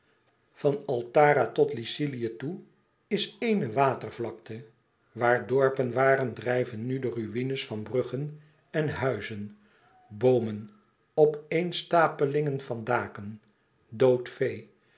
van altara tot lycilië toe is ééne watervlakte waar dorpen waren drijven nu de ruines van bruggen en huizen boomen opeenstapelingen van daken dood